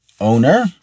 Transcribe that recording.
owner